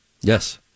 Yes